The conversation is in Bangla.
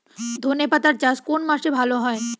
ধনেপাতার চাষ কোন মাসে ভালো হয়?